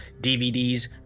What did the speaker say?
DVDs